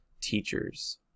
teachers